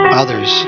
others